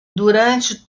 durante